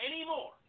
anymore